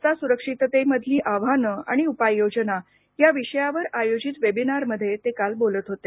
रस्ता सुरक्षिततेमधली आव्हानं आणि उपाययोजना या विषयावर आयोजित वेबिनारमध्ये ते काल बोलत होते